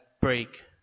break